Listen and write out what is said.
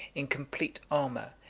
in complete armor,